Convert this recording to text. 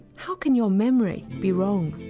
how can your memory be wrong?